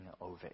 over